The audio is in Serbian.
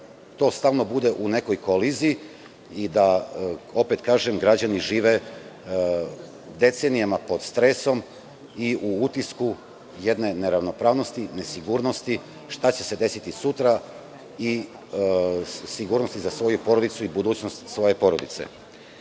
to stalno bude u nekoj koliziji. Opet kažem, građani žive decenijama pod stresom i u utisku jedne neravnopravnosti, nesigurnosti šta će se desiti sutra i sigurnosti za svoju porodicu i budućnost svoje porodice. Pozvao